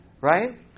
right